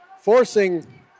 forcing